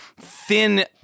thin